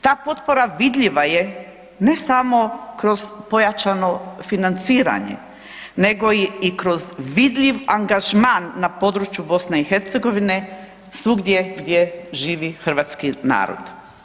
Ta potpora vidljiva je ne samo kroz pojačano financiranje nego i kroz vidljiv angažman na području BiH-a, svugdje gdje živi hrvatski narod.